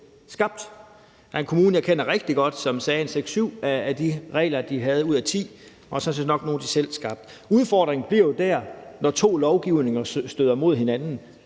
skabt. Der er en kommune, jeg kender rigtig godt, som sagde, at 6-7 ud af 10 regler, de havde, sådan set nok var nogle, de selv havde skabt. Udfordringen opstår jo, når to lovgivninger støder mod hinanden;